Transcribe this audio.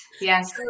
Yes